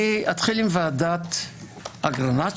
אתחיל בוועדת אגרנט,